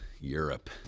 Europe